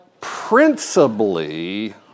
principally